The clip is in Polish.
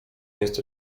jest